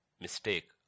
mistake